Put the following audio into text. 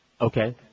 Okay